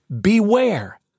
beware